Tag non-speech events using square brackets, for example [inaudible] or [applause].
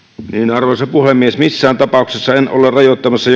arvoisa puhemies missään tapauksessa en ole rajoittamassa [unintelligible]